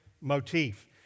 motif